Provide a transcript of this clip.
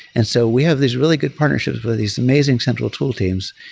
and so we have this really good partnerships with these amazing central tool teams,